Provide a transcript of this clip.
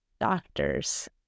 doctors